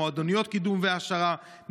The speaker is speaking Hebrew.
מועדוניות קידום והעשרה,